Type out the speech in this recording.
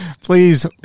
Please